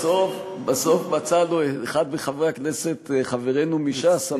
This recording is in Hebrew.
בסוף מצאנו אחד מחברי הכנסת, חברנו מש"ס.